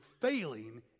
failing